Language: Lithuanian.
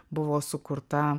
buvo sukurta